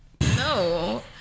no